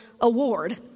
award